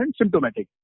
symptomatic